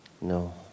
No